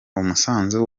umusanzu